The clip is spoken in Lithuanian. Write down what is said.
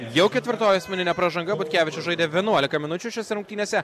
jau ketvirtoji asmeninė pražanga butkevičius žaidė vienuoliką minučių šiose rungtynėse